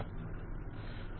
okay